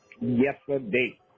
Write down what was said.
yesterday